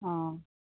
অঁ